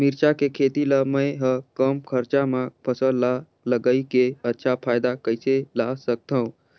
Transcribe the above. मिरचा के खेती ला मै ह कम खरचा मा फसल ला लगई के अच्छा फायदा कइसे ला सकथव?